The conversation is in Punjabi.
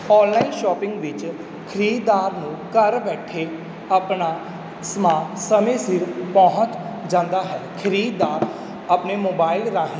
ਔਨਲਾਈਨ ਸ਼ੋਪਿੰਗ ਵਿੱਚ ਖਰੀਦਦਾਰ ਨੂੰ ਘਰ ਬੈਠੇ ਆਪਣਾ ਸਮਾਨ ਸਮੇਂ ਸਿਰ ਪਹੁੰਚ ਜਾਂਦਾ ਹੈ ਖਰੀਦਦਾਰ ਆਪਣੇ ਮੋਬਾਈਲ ਰਾਹੀਂ